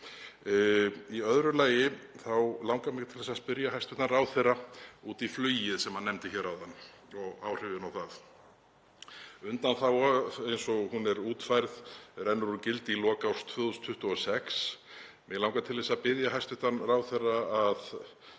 Í öðru lagi langar mig til að spyrja hæstv. ráðherra út í flugið sem hann nefndi hér áðan og áhrifin á það. Undanþága eins og hún er útfærð rennur úr gildi í lok árs 2026. Mig langar til að biðja hæstv. ráðherra að